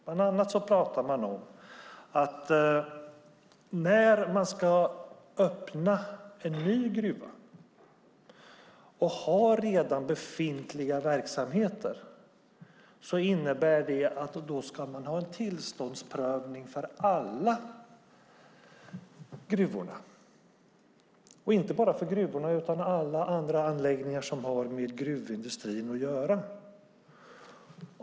Bland annat pratar man om att när en ny gruva ska öppnas och det finns redan befintliga verksamheter, innebär det att det ska ske en tillståndsprövning för alla gruvorna, även för alla andra anläggningar som har med gruvindustrin att göra.